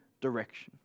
direction